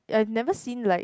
I have never seen like